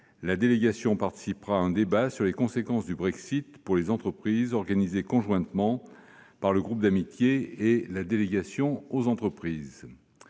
la délégation participera à un débat sur les conséquences du Brexit pour les entreprises, organisé conjointement par le groupe d'amitié et la délégation aux entreprises.